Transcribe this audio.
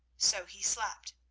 so he slept.